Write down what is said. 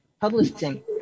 publishing